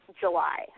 july